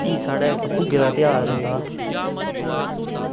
भी साढ़े इक्क भुग्गे दा ध्यार होंदा